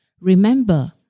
Remember